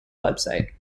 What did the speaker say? website